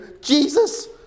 Jesus